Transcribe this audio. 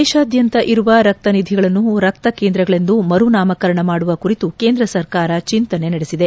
ದೇಶಾದ್ಯಂತ ಇರುವ ರಕ್ತ ನಿಧಿಗಳನ್ನು ರಕ್ತ ಕೇಂದ್ರಗಳೆಂದು ಮರುನಾಮಕರಣ ಮಾಡುವ ಕುರಿತು ಕೇಂದ್ರ ಸರ್ಕಾರ ಚಿಂತನೆ ನಡೆಸಿದೆ